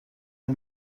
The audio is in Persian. این